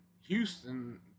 Houston